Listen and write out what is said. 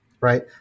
right